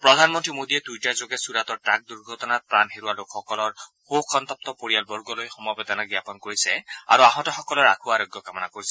প্ৰধানমন্ত্ৰী মোদীয়ে টুইটাৰযোগে চুৰাটৰ ট্ৰাক দুৰ্ঘটনাত প্ৰাণ হেৰুওৱা লোকসকলৰ শোক সন্তপ্ত পৰিয়ালবৰ্গলৈ সমবেদনা জ্ঞাপন কৰিছে আৰু আহতসকলৰ আশু আৰোগ্য কামনা কৰিছে